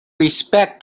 respect